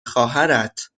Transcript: خواهرت